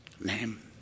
name